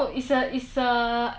the bathroom is frosted